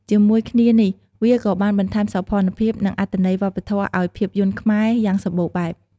ជាមួយគ្នានេះ វាក៏បាន បន្ថែមសោភ័ណភាព និងអត្ថន័យវប្បធម៌ឱ្យភាពយន្តខ្មែរ យ៉ាងសម្បូរបែប។